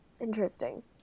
Interesting